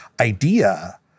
idea